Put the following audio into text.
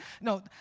No